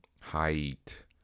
height